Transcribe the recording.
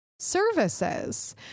Services